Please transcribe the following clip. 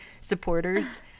supporters